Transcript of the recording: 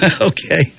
Okay